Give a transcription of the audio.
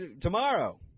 tomorrow